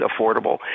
affordable